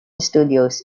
studios